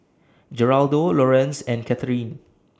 Geraldo Lorenz and Katherin